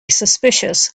suspicious